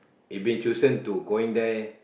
if been chosen to going there